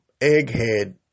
egghead